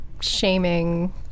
shaming